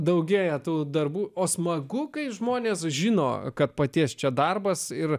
daugėja tų darbų o smagu kai žmonės sužino kad paties čia darbas ir